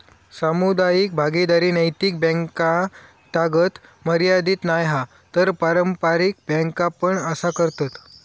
सामुदायिक भागीदारी नैतिक बॅन्कातागत मर्यादीत नाय हा तर पारंपारिक बॅन्का पण असा करतत